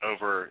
Over